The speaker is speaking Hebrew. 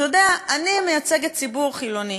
אתה יודע, אני מייצגת ציבור חילוני.